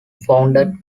founded